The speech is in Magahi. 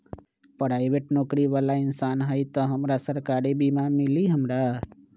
पराईबेट नौकरी बाला इंसान हई त हमरा सरकारी बीमा मिली हमरा?